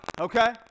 okay